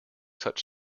such